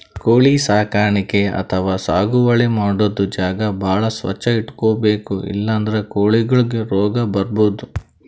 ಕೋಳಿ ಸಾಕಾಣಿಕೆ ಅಥವಾ ಸಾಗುವಳಿ ಮಾಡದ್ದ್ ಜಾಗ ಭಾಳ್ ಸ್ವಚ್ಚ್ ಇಟ್ಕೊಬೇಕ್ ಇಲ್ಲಂದ್ರ ಕೋಳಿಗೊಳಿಗ್ ರೋಗ್ ಬರ್ಬಹುದ್